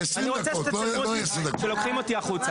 אני רוצה שתצלמו אותי שלוקחים אותי החוצה,